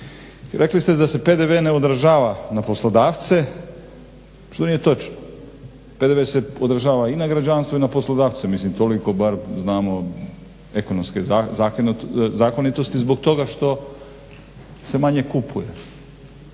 rekli ste da se PDV ne održava na poslodavce što nije točno. PDV se održava i na građanstvo i na poslodavce. Mislim toliko bar znamo ekonomske zakonitosti zbog toga što se manje kupuje.